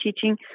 teaching